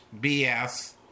BS